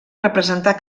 representar